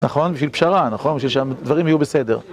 נכון, בשביל פשרה, נכון, בשביל שהדברים יהיו בסדר.